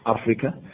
Africa